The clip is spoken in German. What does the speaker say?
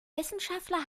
wissenschaftler